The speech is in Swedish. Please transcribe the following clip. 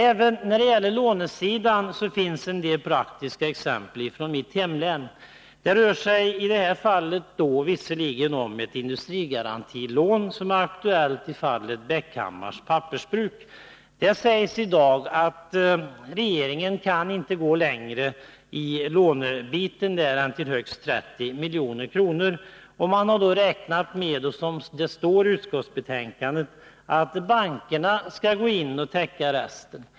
Även när det gäller lånesidan finns det en del praktiska exempel från mitt hemlän. Det rör sig i det här fallet, som gäller Bäckhammars pappersbruk, om ett industrigarantilån. Det sägs i dag att regeringen inte kan gå längre i lånedelen än till högst 30 milj.kr. Man har då räknat med, som det står i utskottsbetänkandet, att bankerna skall gå in och täcka resten.